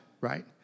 Right